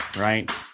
right